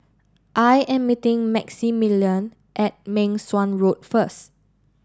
I am meeting Maximilian at Meng Suan Road first